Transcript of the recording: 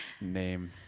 name